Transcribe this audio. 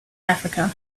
africa